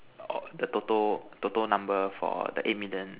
of the total total number for the eight million